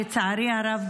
לצערי הרב,